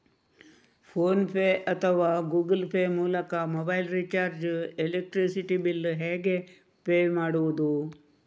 Phone pay ಅಥವಾ Google Pay ಮೂಲಕ mobile recharge, electricity bill ಹೇಗೆ ಪೇ ಮಾಡುವುದು?